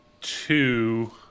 two